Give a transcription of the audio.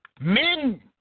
men